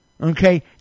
okay